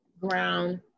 Ground